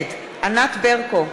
נגד ענת ברקו,